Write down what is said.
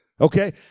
Okay